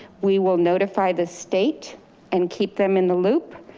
we will notify the state and keep them in the loop.